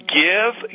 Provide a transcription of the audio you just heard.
give